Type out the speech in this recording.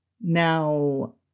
Now